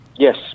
Yes